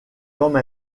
comme